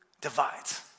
divides